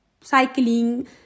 cycling